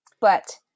but-